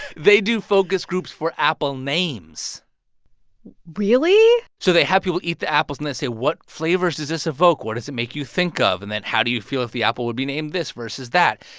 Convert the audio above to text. they do focus groups for apple names really? so they have people eat the apples. and they say, what flavors does this evoke? what does it make you think of? and then how do you feel if the apple would be named this versus that?